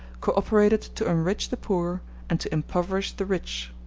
co-operated to enrich the poor and to impoverish the rich.